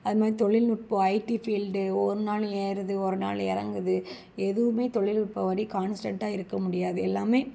அதுமாதிரி தொழில்நுட்பம் IT field ஒவ்வொரு நாளும் ஏறுது ஒரு நாள் இறங்குது எதுவுமே தொழில்நுட்பப்படி கான்ஸ்டண்ட்டாக இருக்கமுடியாது எல்லாமே